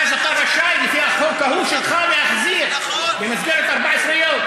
ואז אתה רשאי לפי החוק ההוא שלך להחזיר במסגרת 14 יום.